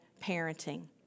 parenting